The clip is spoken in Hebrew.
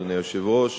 אדוני היושב-ראש,